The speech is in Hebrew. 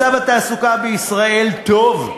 מצב התעסוקה בישראל טוב,